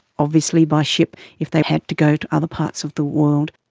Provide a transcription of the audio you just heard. obviously by ship if they had to go to other parts of the world.